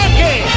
Okay